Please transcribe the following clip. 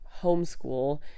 homeschool